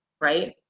right